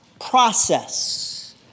process